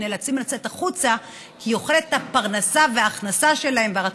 שנאלצים לצאת החוצה כי יכולת הפרנסה וההכנסה שלהם הולכת וקטנה,